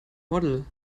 model